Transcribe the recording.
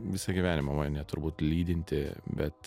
visą gyvenimą mane turbūt lydinti bet